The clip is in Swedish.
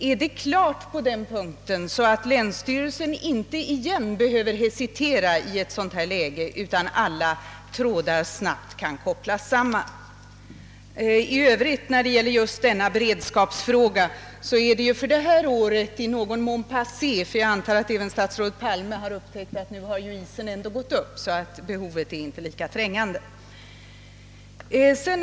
Är allt klart i detta avseende, så att länsstyrelsen inte åter behöver hesitera i ett sådant läge utan alla trådar snabbt kan kopplas samman? I övrigt är beredskapsfrågan för detta år i någon mån passé; jag antar att även statsrådet Palme har upptäckt att isen ändå har gått upp så att behovet av helikoptertrafik inte är lika trängande.